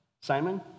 Simon